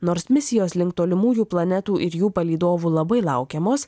nors misijos link tolimųjų planetų ir jų palydovų labai laukiamos